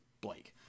Blake